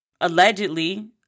allegedly